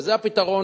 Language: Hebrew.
וזה הפתרון